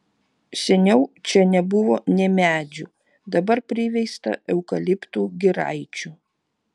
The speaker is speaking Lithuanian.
seniau čia nebuvo nė medžių dabar priveista eukaliptų giraičių